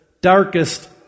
darkest